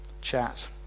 chat